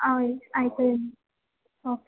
ആ അയച്ച് തരാം ഓക്കേ